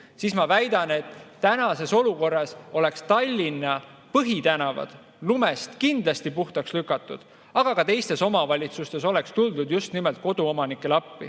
siis ma väidan, et tänases olukorras oleks Tallinna põhitänavad lumest kindlasti puhtaks lükatud. Ja ka teistes omavalitsustes oleks tuldud koduomanikele appi.